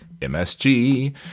MSG